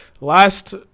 last